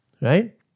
right